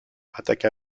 attaqua